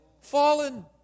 fallen